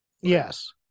yes